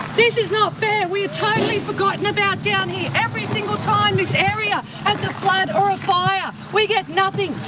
this is not fair, we are totally forgotten about down here. every single time this area has a flood or a fire we get nothing.